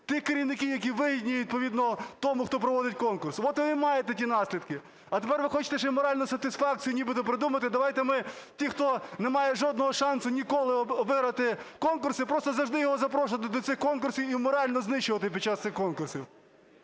тих керівників, які вигідні відповідно тому, хто проводить конкурс. От ви і маєте ті наслідки. А тепер ви хочете ще й моральну сатисфакцію нібито придумати. Давайте ми тих, хто не має жодного шансу ніколи виграти конкурси, просто завжди його запрошувати до цих конкурсів і морально знищувати під час цих конкурсів.